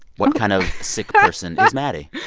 what kind of sick person is maddie?